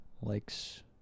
likes